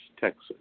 Texas